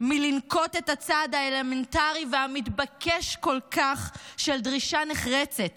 מלנקוט את הצעד האלמנטרי והמתבקש כל כך של דרישה נחרצת,